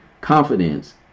Confidence